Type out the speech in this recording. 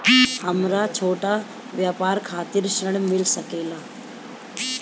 हमरा छोटा व्यापार खातिर ऋण मिल सके ला?